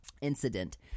incident